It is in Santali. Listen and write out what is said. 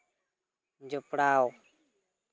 ᱡᱚᱯᱲᱟᱣ